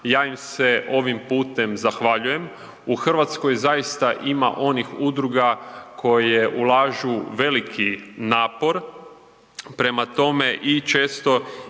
ja im se ovim putem zahvaljujem. U Hrvatskoj zaista ima onih udruga koje ulažu veliki napor prema tome i često